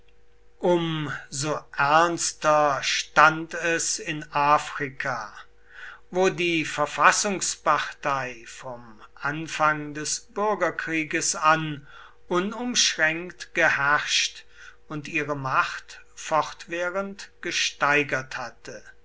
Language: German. um so ernster stand es in afrika wo die verfassungspartei vom anfang des bürgerkrieges an unumschränkt geherrscht und ihre macht fortwährend gesteigert hatte